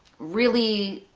really